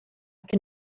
can